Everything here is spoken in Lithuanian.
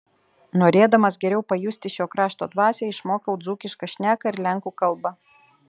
norėdamas geriau pajusti šio krašto dvasią išmokau dzūkišką šneką ir lenkų kalbą